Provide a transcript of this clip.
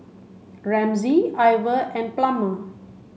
Ramsey Iver and Plummer